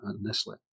Nestle